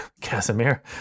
Casimir